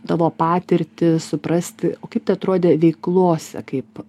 tavo patirtį suprasti o kaip tai atrodė veiklose kaip